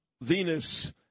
Venus